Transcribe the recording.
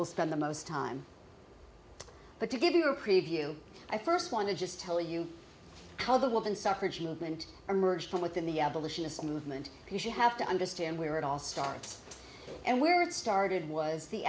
we'll spend the most time but to give you a preview i first want to just tell you how the woman suffrage movement emerged from within the abolitionist movement because you have to understand where it all starts and where it started was the